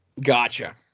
Gotcha